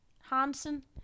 Hansen